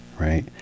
right